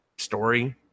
story